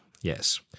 Yes